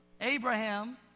Abraham